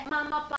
Mama